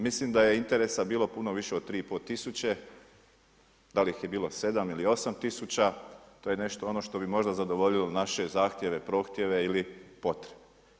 Mislim da je interesa bilo puno više od 3,5 tisuće, da li ih je bilo 7 ili 8 tisuća, to je nešto ono što bi možda zadovoljilo naše zahtjeve, prohtjeve ili potrebe.